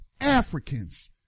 Africans